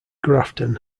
grafton